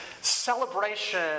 celebration